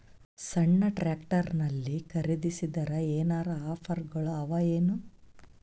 ಸಣ್ಣ ಟ್ರ್ಯಾಕ್ಟರ್ನಲ್ಲಿನ ಖರದಿಸಿದರ ಏನರ ಆಫರ್ ಗಳು ಅವಾಯೇನು?